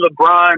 LeBron